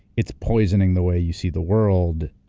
it's poisoning the way you see the world